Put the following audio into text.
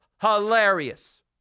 Hilarious